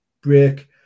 break